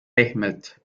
pehmelt